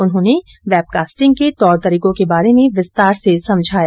उन्होंने वेबकास्टिंग के तौर तरीकों के बारे में विस्तार से समझाया